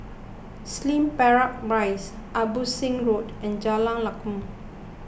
Slim Barracks Rise Abbotsingh Road and Jalan Lakum